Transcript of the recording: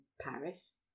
Paris